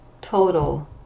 total